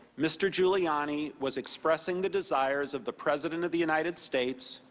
mr. giuliani was expressing the desires of the president of the united states.